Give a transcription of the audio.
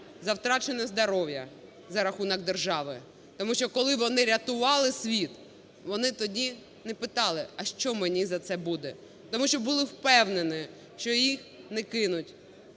за втрачене здоров'я за рахунок держави. Тому що, коли вони рятували світ, вони тоді не питали, а що мені за це буде. Тому що були впевнені, що їх не кинуть,